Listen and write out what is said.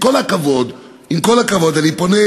עם כל הכבוד, עם כל הכבוד, אני פונה,